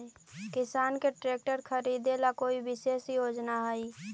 किसान के ट्रैक्टर खरीदे ला कोई विशेष योजना हई?